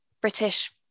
British